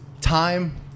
time